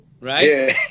Right